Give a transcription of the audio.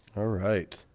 all right